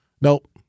nope